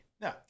No